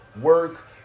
work